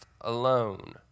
alone